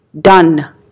done